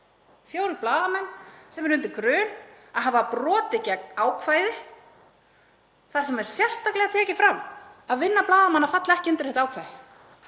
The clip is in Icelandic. Fjórir blaðamenn sem liggja undir grun um að hafa brotið gegn ákvæði þar sem er sérstaklega tekið fram að vinna blaðamanna falli ekki undir það ákvæði.